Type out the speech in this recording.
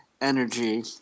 energy